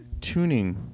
tuning